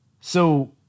so-